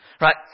Right